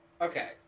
okay